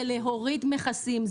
זה להוריד מכסים,